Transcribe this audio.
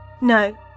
No